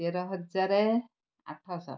ତେର ହଜାର ଆଠଶହ